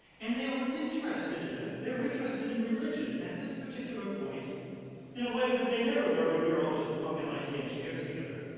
and they were interested in it, they were interested in religion at this particular point in a way that they never were when we were all just punk mit engineers together,